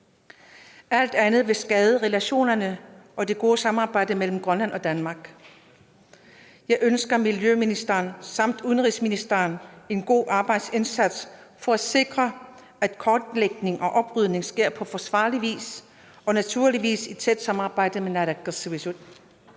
Alt andet vil skade relationerne og det gode samarbejde mellem Grønland og Danmark. Jeg ønsker miljøministeren samt udenrigsministeren en god arbejdsindsats for at sikre, at kortlægning og oprydning sker på forsvarlig vis og naturligvis i tæt samarbejde med Naalakkersuisut.